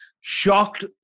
shocked